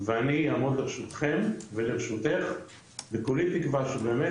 ואני אעמוד לרשותכם ולרשותך וכולי תקווה שבאמת